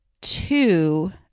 two